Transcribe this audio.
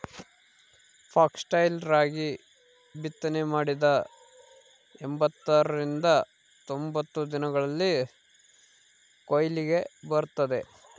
foxtail ರಾಗಿ ಬಿತ್ತನೆ ಮಾಡಿದ ಎಂಬತ್ತರಿಂದ ತೊಂಬತ್ತು ದಿನಗಳಲ್ಲಿ ಕೊಯ್ಲಿಗೆ ಬರುತ್ತದೆ